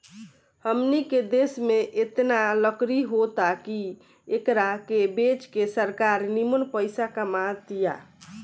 हमनी के देश में एतना लकड़ी होता की एकरा के बेच के सरकार निमन पइसा कमा तिया